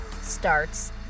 starts